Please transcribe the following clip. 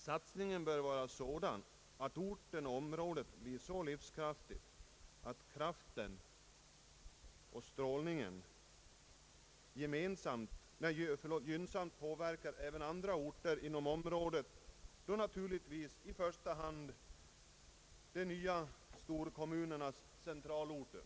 Satsningen bör vara sådan att orten och området blir så livskraftiga att ”strålningen” gynnsamt påverkar även andra orter inom området. Jag tänker då naturligtvis i första hand på de nya storkommunernas centralorter.